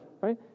right